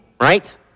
right